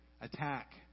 attack